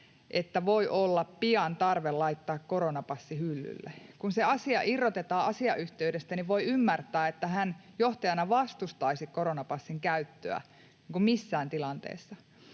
että voi olla pian tarve laittaa koronapassi hyllylle. Kun se asia irrotetaan asiayhteydestä, niin voi ymmärtää, että hän johtajana vastustaisi koronapassin käyttöä missä tahansa tilanteessa,